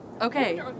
Okay